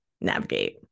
navigate